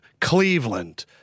Cleveland